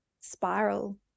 spiral